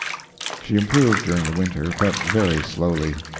she improved during the winter, but very slowly.